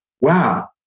wow